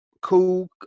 cool